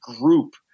group